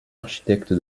architecte